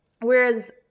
whereas